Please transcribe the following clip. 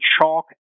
chalk